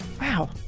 Wow